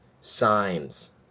signs